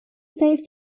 save